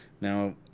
Now